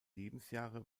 lebensjahre